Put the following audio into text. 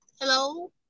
Hello